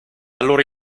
allora